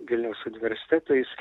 vilniaus universitete jis